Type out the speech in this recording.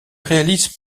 réalise